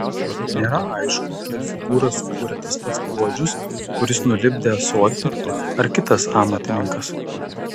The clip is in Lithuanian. nėra aišku ar figūrą sukūrė tas pats puodžius kuris nulipdė ąsotį ar kitas amatininkas